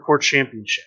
Championship